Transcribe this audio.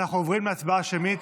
אנחנו עוברים להצבעה שמית.